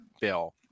bill